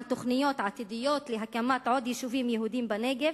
תוכניות עתידיות להקמת עוד יישובים יהודיים בנגב,